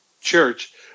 church